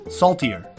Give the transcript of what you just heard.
saltier